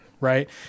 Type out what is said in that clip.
Right